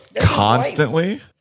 Constantly